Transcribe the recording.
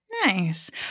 Nice